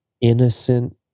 innocent